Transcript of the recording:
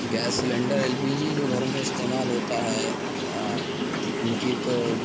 gas cylinder L P G جو گھروں میں استعمال ہوتا ہے ان کی تو